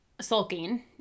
sulking